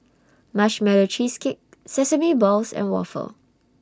Marshmallow Cheesecake Sesame Balls and Waffle